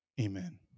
amen